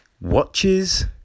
Watches